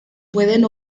pueden